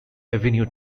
avenue